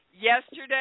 Yesterday